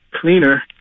cleaner